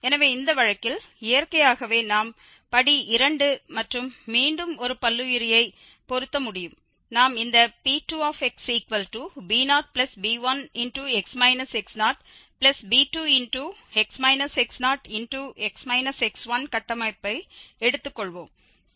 எனவே இந்த வழக்கில் இயற்கையாகவே நாம் படி 2 மற்றும் மீண்டும் ஒரு பல்லுயிரியை பொருத்த முடியும் நாம் இந்த P2xb0b1x x0b2x x0x x1 கட்டமைப்பை எடுத்துக் கொள்வோம்